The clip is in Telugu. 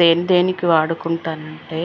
దేని దేనికి వాడుకుంటానంటే